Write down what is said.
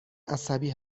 عصبی